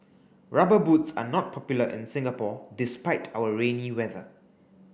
rubber boots are not popular in Singapore despite our rainy weather